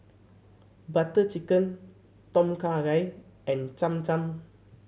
Butter Chicken Tom Kha Gai and Cham Cham